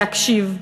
להקשיב.